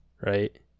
right